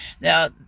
Now